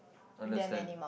understand